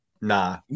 nah